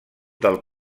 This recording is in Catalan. del